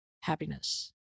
happiness